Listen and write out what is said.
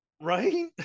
right